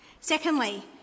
Secondly